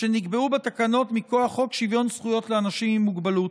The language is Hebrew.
שנקבעו בתקנות מכוח חוק שוויון זכויות לאנשים עם מוגבלות.